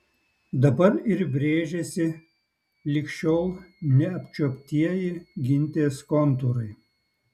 dabar ir brėžiasi lig šiol neapčiuoptieji gintės kontūrai